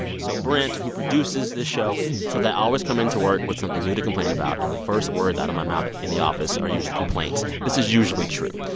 so brent, who produces this show so they always come in to work with something new to complain about. and the first words out of my mouth in the office are usually complaints. this is usually true.